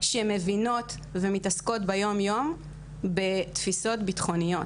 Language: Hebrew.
שמבינות ומתעסקות ביום יום בתפיסות ביטחוניות.